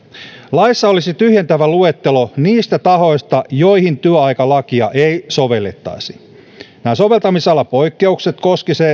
laissa olisi tyhjentävä luettelo niistä tahoista joihin työaikalakia ei sovellettaisi nämä soveltamisalapoikkeukset koskisivat